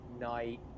night